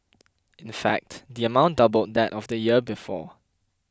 in fact the amount doubled that of the year before